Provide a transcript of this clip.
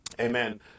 Amen